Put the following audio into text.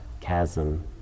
chasm